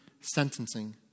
sentencing